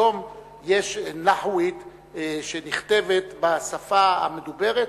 היום יש "נאחווית" שנכתבת בשפה המדוברת?